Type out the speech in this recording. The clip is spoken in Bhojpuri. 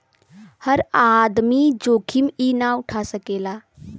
हर आदमी जोखिम ई ना उठा सकेला